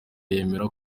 yemera